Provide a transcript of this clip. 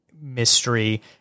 mystery